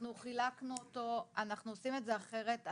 אנחנו חילקנו אותו, אנחנו עושים את זה אחרת.